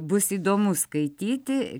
bus įdomu skaityti